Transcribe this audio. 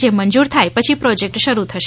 જે મંજૂર થાય પછી પ્રોજેકટ શરૂ થશે